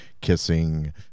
kissing